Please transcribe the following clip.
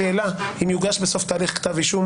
השאלה אם יוגש בסוף תהליך כתב אישום